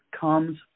comes